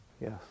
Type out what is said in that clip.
Yes